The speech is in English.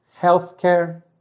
healthcare